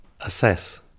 assess